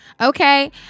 Okay